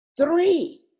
three